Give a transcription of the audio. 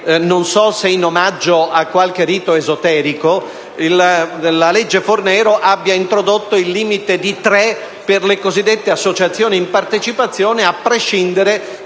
non so se in omaggio a qualche rito esoterico, la legge Fornero abbia introdotto il limite di tre per le cosiddette associazioni in partecipazione, a prescindere